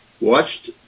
watched